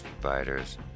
providers